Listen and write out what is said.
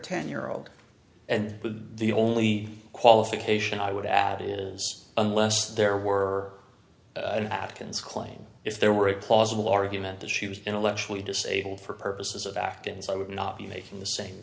ten year old and the only qualification i would add is unless there were an atkins claim if there were a plausible argument that she was intellectually disabled for purposes of afghans i would not be making the same